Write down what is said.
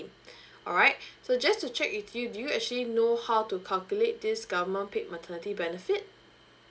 alright so just to check with you do you actually know how to calculate this government paid maternity benefit